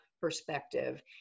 perspective